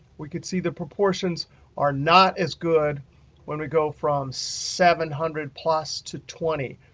we could see the proportions are not as good when we go from seven hundred plus to twenty.